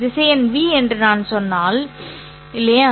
திசையன் ́v என்று நான் சொன்னால் இல்லையா